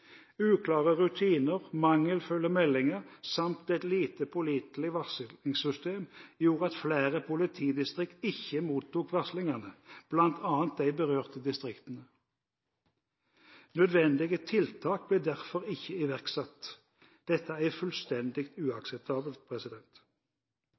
Uklare rutiner, mangelfulle meldinger samt et lite pålitelig varslingssystem gjorde at flere politidistrikter ikke mottok varslingene, bl.a. de berørte distriktene. Nødvendige tiltak ble derfor ikke iverksatt. Dette er fullstendig